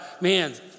man